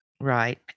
Right